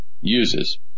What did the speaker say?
uses